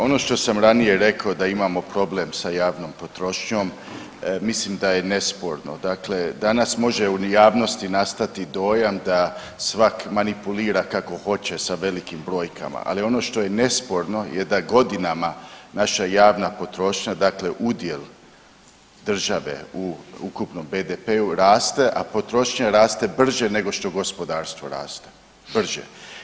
Ono što sam ranije rekao da imamo problem sa javnom potrošnjom mislim da je nesporno, dakle danas može u javnosti nastati dojam da svak manipulira kako hoće sa velikim brojkama, ali ono što je nesporno je da godinama naša javna potrošnja dakle udjel države u ukupnom BDP-u raste, a potrošnja raste brže nego što gospodarstvo raste, brže.